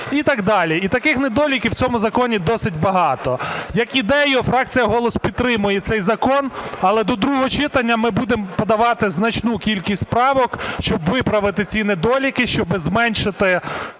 І так далі. І таких недоліків в цьому законі досить багато. Як ідею фракція "Голос" підтримає цей закон, але до другого читання ми будемо подавати значну кількість правок, щоб виправити ці недоліки, щоб зменшити